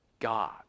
God